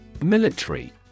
Military